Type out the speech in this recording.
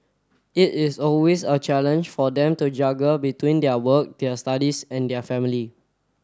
it is always a challenge for them to juggle between their work their studies and their family